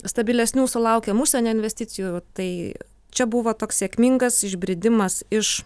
stabilesnių sulaukėm užsienio investicijų tai čia buvo toks sėkmingas išbridimas iš